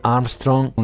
Armstrong